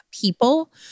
people